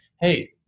hey